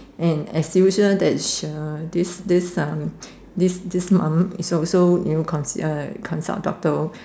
and as usual that's sh~ this this um this this mom is also you know consi~ uh consult doctor